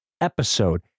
episode